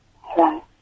Hello